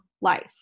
life